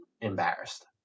embarrassed